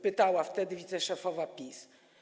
Pytała wtedy wiceszefowa PiS.